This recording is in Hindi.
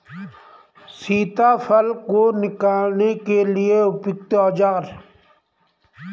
सीताफल को निकालने के लिए उपयुक्त औज़ार?